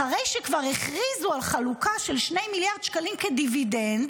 אחרי שכבר הכריזו על חלוקה של 2 מיליארד שקלים כדיבידנד,